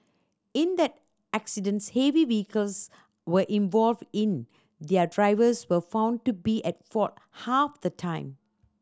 in the accidents heavy vehicles were involved in their drivers were found to be at fault half the time